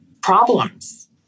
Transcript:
problems